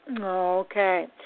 Okay